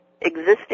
existing